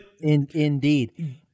indeed